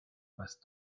passe